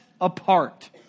apart